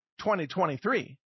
2023